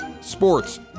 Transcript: sports